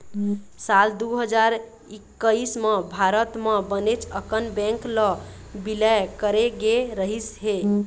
साल दू हजार एक्कइस म भारत म बनेच अकन बेंक ल बिलय करे गे रहिस हे